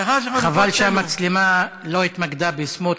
לאחר, חבל שהמצלמה לא התמקדה בסמוטריץ,